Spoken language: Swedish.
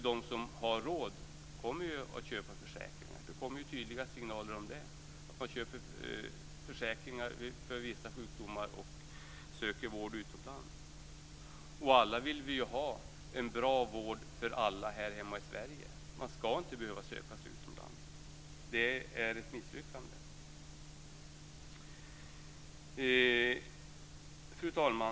De som har råd kommer ju att köpa försäkringar. Det kommer tydliga signaler om det. Man köper försäkringar för vissa sjukdomar och söker vård utomlands. Vi vill ju alla ha en bra vård för alla här hemma i Sverige. Man skall inte behöva söka sig utomlands. Det är ett misslyckande. Fru talman!